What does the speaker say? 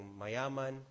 mayaman